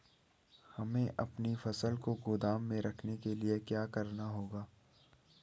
हमें अपनी फसल को गोदाम में रखने के लिये क्या करना होगा?